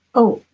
oh,